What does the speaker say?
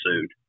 sued